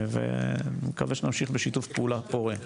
ואני מקווה שנמשיך בשיתוף פעולה פורה.